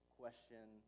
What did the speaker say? question